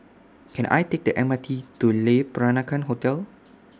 Can I Take The M R T to Le Peranakan Hotel